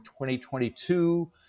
2022